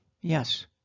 Yes